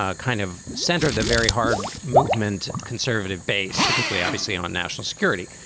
ah kind of center of the very hard movement, conservative base, particularly, obviously, on national security.